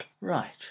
Right